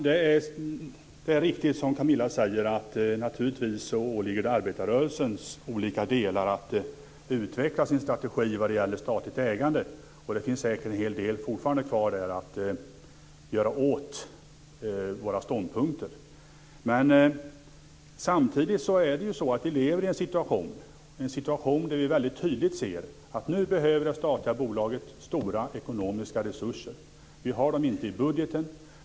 Fru talman! Det är riktigt som Camilla säger att det naturligtvis åligger arbetarrörelsens olika delar att utveckla sin strategi när det gäller statligt ägande. Det finns säkert fortfarande en hel del kvar att göra åt våra ståndpunkter där. Men samtidigt är det ju så att vi lever i en situation där vi väldigt tydligt ser att det statliga bolaget nu behöver stora ekonomiska resurser. Vi har dem inte i budgeten.